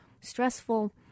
stressful